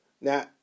Now